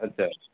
আচ্ছা